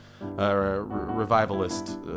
revivalist